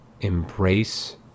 Embrace